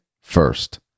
first